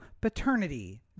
paternity